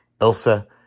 Elsa